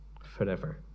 forever